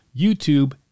YouTube